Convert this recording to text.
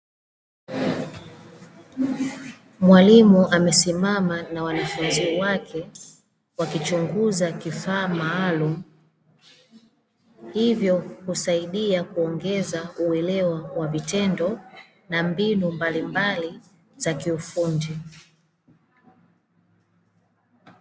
Mwalimu amesimama, na wanafunzi wake wakichunguza kifaa maalumu, hivyo husaidia kuongeza uelewa kwa vitendo na mbinu mbalimbali za kiufundi.